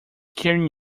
carrying